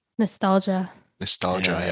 nostalgia.nostalgia